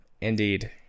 Indeed